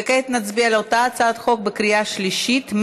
וכעת נצביע על אותה הצעת חוק בקריאה שלישית.